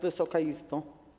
Wysoka Izbo!